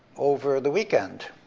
over the weekend.